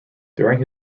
during